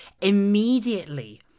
immediately